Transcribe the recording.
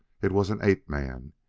it was an ape-man.